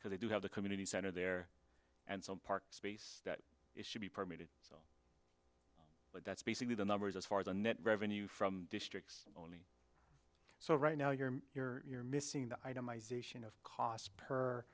because you do have the community center there and some park space that is should be permitted so but that's basically the numbers as far as the net revenue from districts so right now you're you're you're missing the item